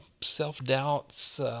self-doubts